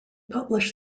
publish